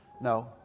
No